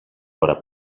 ώρα